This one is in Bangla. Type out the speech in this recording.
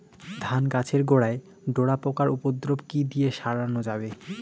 ধান গাছের গোড়ায় ডোরা পোকার উপদ্রব কি দিয়ে সারানো যাবে?